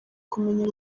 kumenya